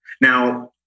Now